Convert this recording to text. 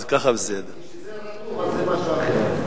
כשזה רטוב זה משהו אחר.